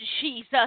Jesus